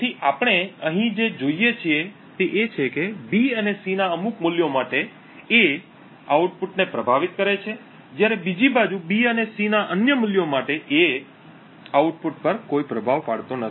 તેથી આપણે અહીં જે જોઈએ છીએ તે એ છે કે B અને C ના અમુક મૂલ્યો માટે A આઉટપુટને પ્રભાવિત કરે છે જ્યારે બીજી બાજુ B અને C ના અન્ય મૂલ્યો માટે A આઉટપુટ પર કોઈ પ્રભાવ પાડતો નથી